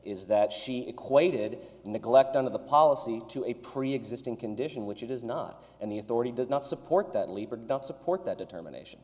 is that she equated neglect on the policy to a preexisting condition which it is not and the authority does not support that libor don't support that determination